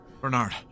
Bernard